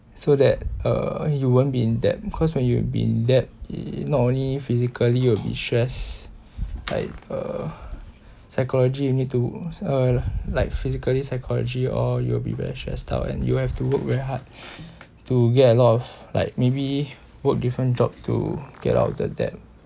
so that uh you won't be in debt cause when you'll be led not only physically you'll be stressed like uh psychology you need to uh like physically psychology all you'll be very stressed out and you have to work very hard to get a lot of like maybe work different job to get out of the debt